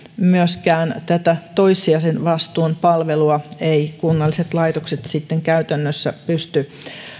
myöskään tätä toissijaisen vastuun palvelua eivät kunnalliset laitokset sitten käytännössä pysty